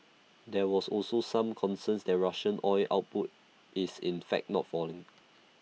there was also some concern that Russian oil output is in fact not falling